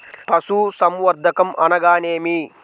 పశుసంవర్ధకం అనగానేమి?